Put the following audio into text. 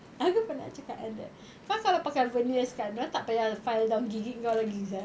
aku pernah cakap dengan dia kau kalau pakai veneer kan dia orang tak payah file down gigi kau lagi sia